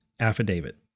affidavit